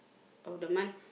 of the month